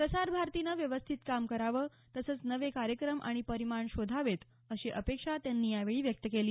प्रसार भारतीनं व्यवस्थित काम करावं तसंच नवे कार्यक्रम आणि परिमाण शोधावेत अशी अपेक्षा त्यांनी यावेळी व्यक्त केली